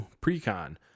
pre-con